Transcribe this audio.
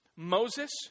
Moses